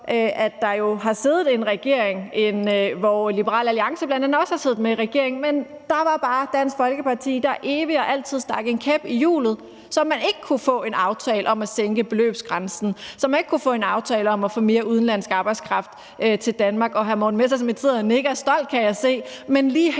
at der har siddet en regering, hvor bl.a. Liberal Alliance jo også har siddet, men hvor Dansk Folkeparti evig og altid stak en kæp i hjulet, så man ikke kunne få en aftale om at sænke beløbsgrænsen, og så man ikke kunne få en aftale om at få mere udenlandsk arbejdskraft til Danmark. Og hr. Morten Messerschmidt sidder og nikker stolt, kan jeg se. Men lige her